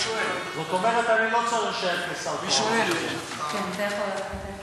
זאת אומרת, אני לא צריך, כן, אתה יכול ללכת.